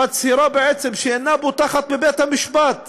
היא מצהירה בעצם שהיא אינה בוטחת בבית המשפט,